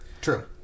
true